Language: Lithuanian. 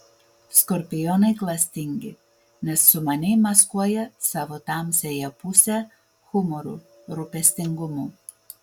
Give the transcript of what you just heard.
skorpionai klastingi nes sumaniai maskuoja savo tamsiąją pusę humoru rūpestingumu